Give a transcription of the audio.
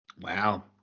wow